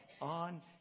on